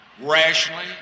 rationally